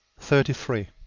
thirty three.